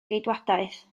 geidwadaeth